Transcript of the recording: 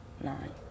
Nine